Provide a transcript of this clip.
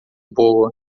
boa